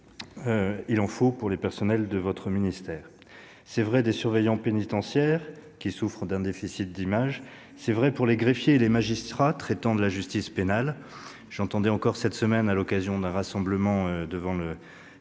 il en faut pour les personnels de votre ministère ! Il en faut aux surveillants pénitentiaires, qui souffrent d'un déficit d'image ; il en faut aux greffiers, ainsi qu'aux magistrats traitant de la justice pénale. J'entendais encore cette semaine, à l'occasion d'un rassemblement devant le